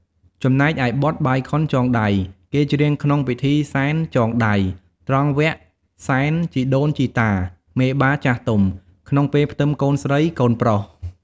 ចំណែកឯបទបាយខុនចងដៃ គេច្រៀងក្នុងពិធីសែនចងដៃ ត្រង់វគ្គសែនជីដូនជីតាមេបាចាស់ទុំ ក្នុងពេលផ្ទឹមកូនស្រី កូនប្រុស។